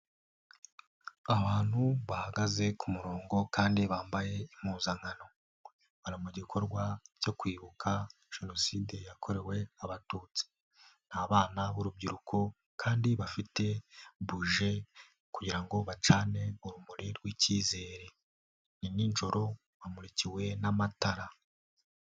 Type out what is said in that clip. Abantu bahagaze ku murongo kandi bambaye impuzankano, bari mu gikorwa cyo kwibuka Jenoside yakorewe abatutsi, ni abana b'urubyiruko kandi bafite buje kugira ngo bacane urumuri rw'icyizere, ni ninjoro bamurikiwe n'amatara.